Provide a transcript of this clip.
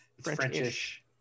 French-ish